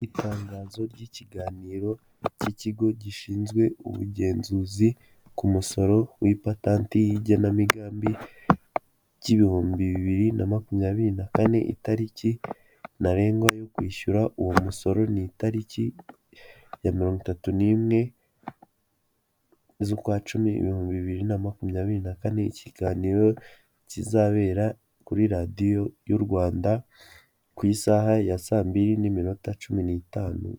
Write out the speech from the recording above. Itangazo ry'ikiganiro k'ikigo gishinzwe ubugenzuzi ku musoro w'ipatanti y'igenamigambi ry'ibihumbi bibiri na makumyabiri na kane, itariki ntarengwa yo kwishyura uwo musoro ni itariki ya mirongo itatu n'imwe z'ukwa cumi, ibihumbi bibiri na makumyabiri na kane, ikiganiro kizabera kuri radiyo y'u Rwanda ku isaha ya saa mbiri n'iminota cumi n'itanu.